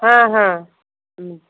ହଁ ହଁ